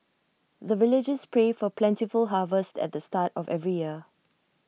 the villagers pray for plentiful harvest at the start of every year